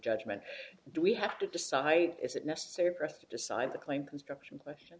judgment do we have to decide is it necessary for us to decide the claim constructions question